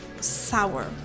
Sour